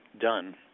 done